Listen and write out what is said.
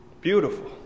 Beautiful